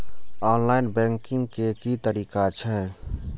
Online banking के की तरीका छै?